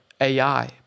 AI